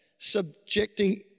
Subjecting